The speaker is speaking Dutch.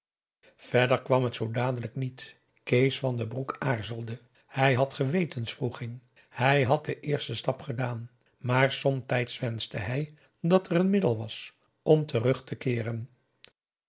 verder kwam het zoo dadelijk niet kees van den broek aarzelde hij had gewetenswroeging hij had den eersten stap gedaan maar somtijds wenschte hij dat er een middel was om terug te keeren